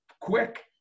quick